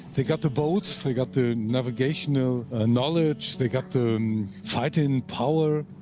they got the boats, they got the navigational ah knowledge, they got the fighting power.